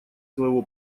своего